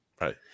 right